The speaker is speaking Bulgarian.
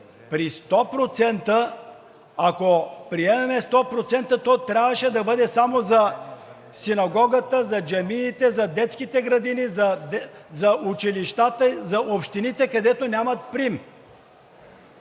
при 100%, ако приемем 100%, то трябваше да бъде само за Синагогата, за джамиите, за детските градини, за училищата, за общините, където нямат прим.